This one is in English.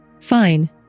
Fine